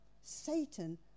Satan